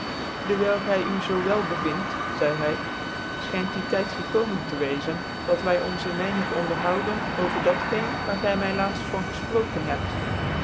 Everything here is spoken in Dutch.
dewijl gy u zoo wel bevind zeidc hy fchynt die tyd gekomen tc wezen dat wy ons een weinig onderhouden over dat geen daar y my laatft van gefproken hebt